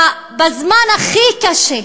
בזמן הכי קשה,